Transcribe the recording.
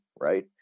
right